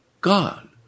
God